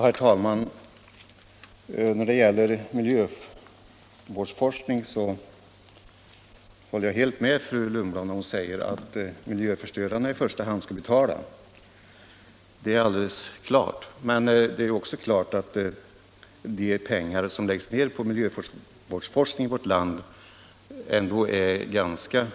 Herr talman! När det gäller miljövårdsforskning håller jag helt med fru Lundblad då hon säger att miljöförstörarna i första hand skall betala; det är alldeles klart. Men det är också klart att de pengar som läggs ned på miljövårdsforskning i vårt land ändå är ganska